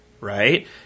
right